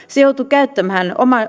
joutui käyttämään